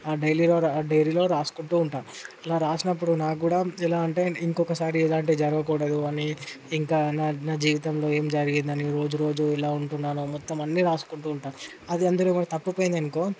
ఆ డైరీలో డైరీలో రాసుకుంటు ఉంటా అలా రాసినప్పుడు నాకు కూడ ఎలా అంటే ఇంకొకసారి ఎలా అంటే జరగకూడదు అని ఇంకా నా జీవితంలో ఏం జరిగింది అని రోజు రోజు ఎలావుంటున్నానో అని మొత్తం రాసుకుంటూ ఉంటా అది అందులో తప్పిపోయింది అనుకో